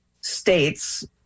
states